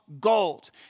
Gold